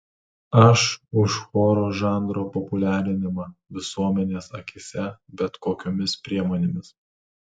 aš už choro žanro populiarinimą visuomenės akyse bet kokiomis priemonėmis